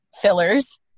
fillers